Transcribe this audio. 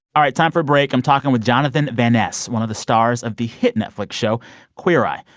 all right, time for a break. i'm talking with jonathan van ness, one of the stars of the hit netflix show queer eye.